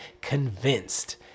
convinced